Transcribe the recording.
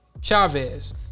chavez